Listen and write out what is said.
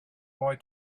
boy